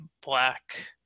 black